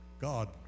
God